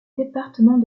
département